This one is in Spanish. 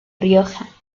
rioja